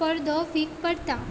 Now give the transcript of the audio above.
परदो week पडता